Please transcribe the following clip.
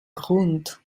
grund